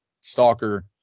Stalker